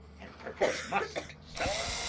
and perforce must suffer.